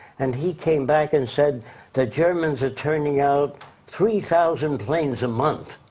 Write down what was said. and he came back and said the germans are turning out three thousand planes a month.